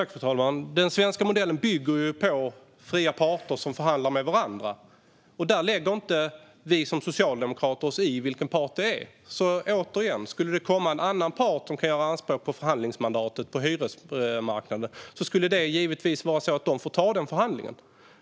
Fru talman! Den svenska modellen bygger på fria parter som förhandlar med varandra. Där lägger vi socialdemokrater oss inte i vilken part det är. Återigen, skulle det komma en annan part och göra anspråk på förhandlingsmandatet på hyresmarknaden skulle de givetvis få ta den förhandlingen.